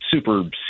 super